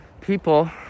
people